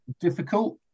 difficult